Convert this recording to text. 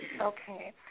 Okay